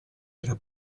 era